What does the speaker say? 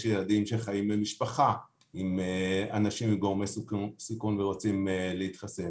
יש ילדים שחיים במשפחה עם אנשים עם גורמי סיכון ורוצים להתחסן.